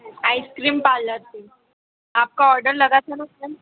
ice cream parlour से आपका order लगा था ना उस टाइम